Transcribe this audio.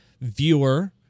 viewer